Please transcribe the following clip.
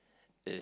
is